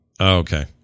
Okay